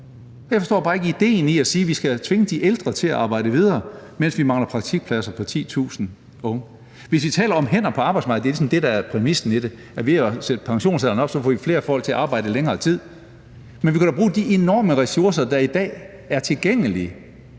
i at sige, at vi skal tvinge de ældre til at arbejde videre, mens vi mangler praktikpladser for 10.000 unge. Hvis I taler om hænder på arbejdsmarkedet – det er ligesom det, der er præmissen i det, altså ved at vi sætter pensionsalderen op, får I flere folk til at arbejde længere tid – så kunne vi da bruge de enorme ressourcer, der i dag er tilgængelige